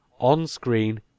on-screen